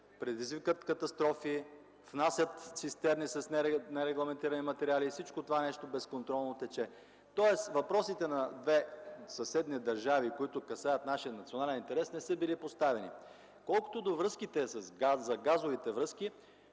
предизвикват катастрофи, внасят цистерни с нерегламентирани материали и всичко това нещо тече безконтролно. Тоест въпросите на две съседни държави, които касаят нашия национален интерес, не са били поставени. Колкото до газовите връзки,